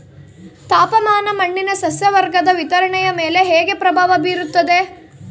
ತಾಪಮಾನ ಮಣ್ಣಿನ ಸಸ್ಯವರ್ಗದ ವಿತರಣೆಯ ಮೇಲೆ ಹೇಗೆ ಪ್ರಭಾವ ಬೇರುತ್ತದೆ?